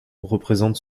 représente